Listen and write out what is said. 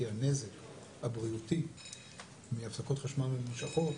כי הנזק הבריאותי מהפסקות חשמל ממושכות,